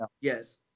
yes